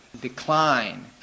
decline